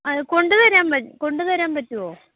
അത് കൊണ്ടു വരാൻ കൊണ്ടു വരാൻ പറ്റുമോ